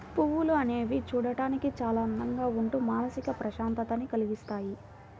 పువ్వులు అనేవి చూడడానికి చాలా అందంగా ఉంటూ మానసిక ప్రశాంతతని కల్గిస్తాయి